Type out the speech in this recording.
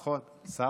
נכון, שר,